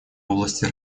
области